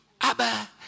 Abba